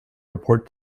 report